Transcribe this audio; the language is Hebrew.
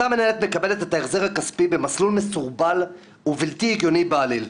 אותה מנהלת מקבלת את ההחזר הכספי במסלול מסורבל ובלתי הגיוני בעליל.